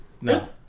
No